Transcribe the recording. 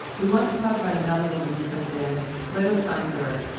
we wanted to talk about another woman who comes in leila steinberg.